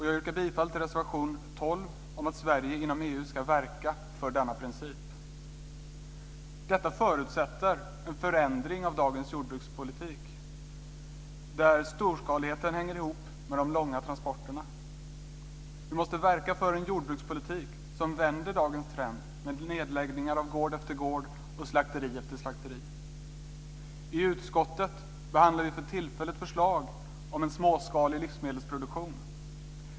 Jag yrkar bifall till reservation 12 om att Sverige inom EU ska verka för denna princip. Detta förutsätter en förändring av dagens jordbrukspolitik, där storskaligheten hänger ihop med de långa transporterna. Vi måste verka för en jordbrukspolitik som vänder dagens trend med nedläggningar av gård efter gård och slakteri efter slakteri. I utskottet behandlar vi för tillfället förslag om en småskalig livsmedelsproduktion.